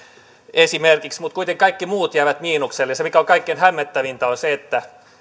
esimerkiksi mutta kuitenkin kaikki muut jäävät miinukselle ja se mikä on kaikkein hämmentävintä on se että